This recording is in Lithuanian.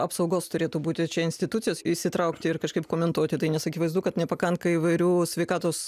apsaugos turėtų būti čia institucijos įsitraukti ir kažkaip komentuoti tai nes akivaizdu kad nepakanka įvairių sveikatos